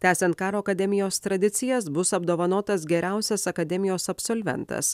tęsiant karo akademijos tradicijas bus apdovanotas geriausias akademijos absolventas